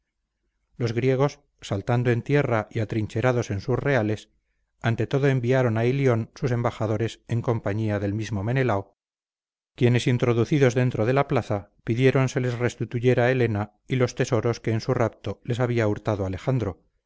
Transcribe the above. los griegos saltando en tierra y atrincherados en sus reales ante todo enviaron a ilión sus embajadores en compañía del mismo melenao quienes introducidos dentro de la plaza pidieron se les restituyera helena y los tesoros que en su rapto les había hurtado alejandro